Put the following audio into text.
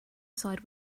decide